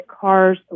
cars